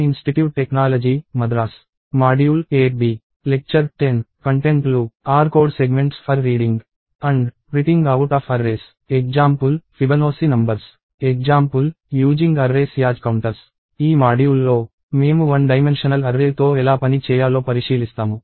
ఈ మాడ్యూల్ లో మేము వన్ డైమెన్షనల్ అర్రే తో ఎలా పని చేయాలో పరిశీలిస్తాము